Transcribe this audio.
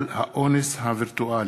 על "האונס הווירטואלי",